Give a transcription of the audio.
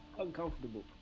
uncomfortable